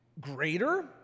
greater